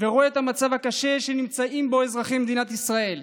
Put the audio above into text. ורואה את המצב הקשה שנמצאים בו אזרחי מדינת ישראל.